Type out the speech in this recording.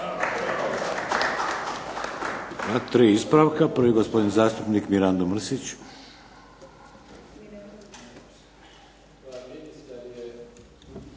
Tri ispravka. Prvi gospodin zastupnik Mirando Mrsić.